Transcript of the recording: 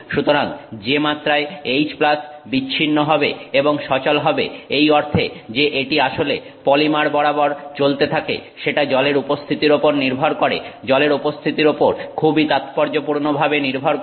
সুতরাং যে মাত্রায় H বিচ্ছিন্ন হবে এবং সচল হবে এই অর্থে যে এটি আসলে পলিমার বরাবর চলতে পারে সেটা জলের উপস্থিতির উপর নির্ভর করে জলের উপস্থিতির উপর খুবই তাৎপর্যপূর্ণ ভাবে নির্ভর করে